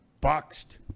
boxed